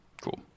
Cool